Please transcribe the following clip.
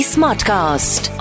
Smartcast